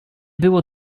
było